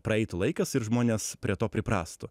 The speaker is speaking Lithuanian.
praeitų laikas ir žmones prie to priprastų